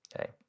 okay